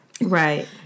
Right